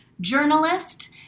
journalist